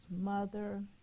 mother